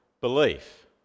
belief